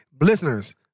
listeners